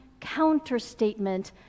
counterstatement